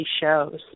shows